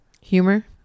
Humor